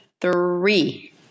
Three